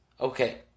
Okay